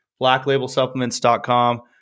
blacklabelsupplements.com